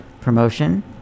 promotion